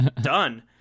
done